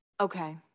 Okay